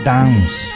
Dance